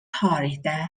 tarihte